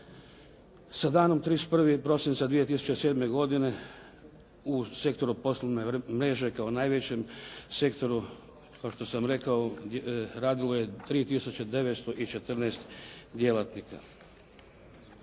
Sa danom 31. prosinca 2007. godine u Sektoru poslovne mreže kao najvećem sektoru kao što sam rekao, radilo je 3914 djelatnika.